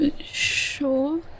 Sure